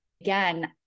again